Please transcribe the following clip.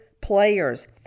players